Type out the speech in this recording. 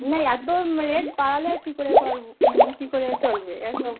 না এই এত রেট বাড়ালে আর কী করে পারব কী করে চলবে